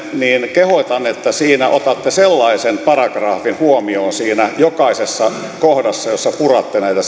kehotan että otatte sellaisen paragrafin huomioon jokaisessa kohdassa jossa puratte näitä